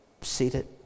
seated